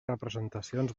representacions